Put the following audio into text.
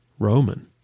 Roman